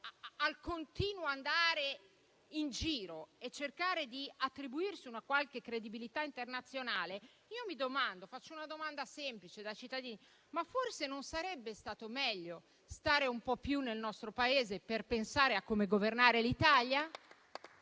al continuo andare in giro e cercare di attribuirsi una qualche credibilità internazionale, faccio una domanda semplice, da cittadina: ma forse non sarebbe stato meglio stare un po' più nel nostro Paese per pensare a come governare l'Italia?